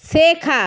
শেখা